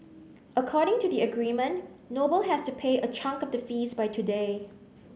according to the agreement Noble has to pay a chunk of the fees by today